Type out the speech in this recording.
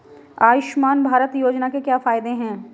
आयुष्मान भारत योजना के क्या फायदे हैं?